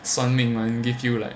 算命 [one] give you like